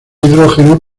hidrógeno